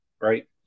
right